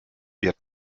wird